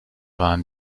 waren